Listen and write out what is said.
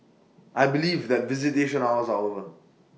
I believe that visitation hours are over